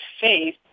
faith